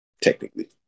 technically